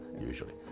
usually